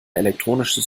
elektronisches